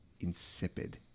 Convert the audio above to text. insipid